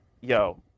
yo